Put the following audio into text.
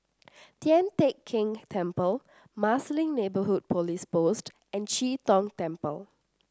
Tian Teck Keng Temple Marsiling Neighbourhood Police Post and Chee Tong Temple